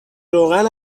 روغن